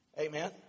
Amen